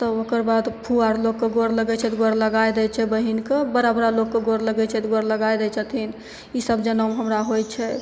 तब ओकर बाद फुआ आओर लोकके गोड़ लागै छै तऽ गोड़ लगाइ दै छै बहिनके बड़ा बड़ा लोकके गोड़ लागै छै तऽ गोड़ लगाइ दै छथिन ईसब जनउमे हमरा होइ छै